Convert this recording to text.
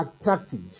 attractive